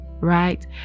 right